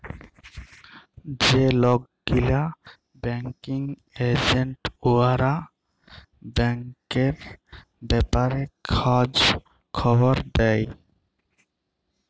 যে লক গিলা ব্যাংকিং এজেল্ট উয়ারা ব্যাংকের ব্যাপারে খঁজ খবর দেই